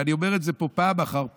ואני אומר את זה פה פעם אחר פעם,